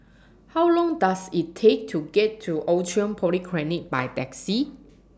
How Long Does IT Take to get to Outram Polyclinic By Taxi